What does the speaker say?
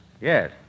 Yes